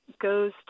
goes